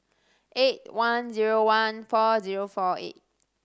eight one zero one four zero four eight